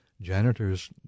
Janitors